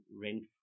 rent